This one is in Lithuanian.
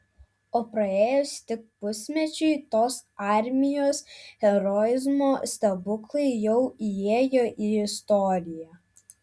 o praėjus tik pusmečiui tos armijos heroizmo stebuklai jau įėjo į istoriją